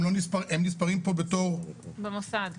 הם נספרים פה בתור חיפה,